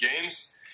games